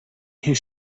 his